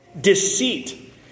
deceit